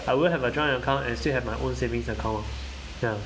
I will have a joint account and still have my own savings account ah ya